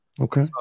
Okay